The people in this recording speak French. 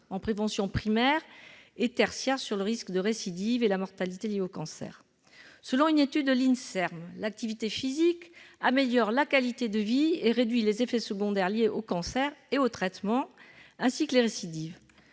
de prévention primaire et tertiaire du cancer du sein et de la récidive, ainsi que de mortalité liée au cancer. Ainsi, selon une étude de l'Inserm, l'activité physique « améliore la qualité de vie et réduit les effets secondaires liés au cancer et aux traitements ainsi que les récidives